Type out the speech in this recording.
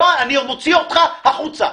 אני מוציא אותך החוצה.